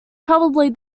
probably